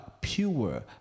pure